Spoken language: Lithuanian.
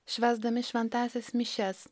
švęsdami šventąsias mišias